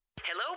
Hello